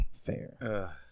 Fair